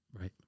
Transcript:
Right